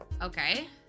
Okay